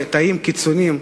תאים קיצוניים,